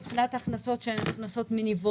מבחינת הכנסות מניבות